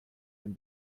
and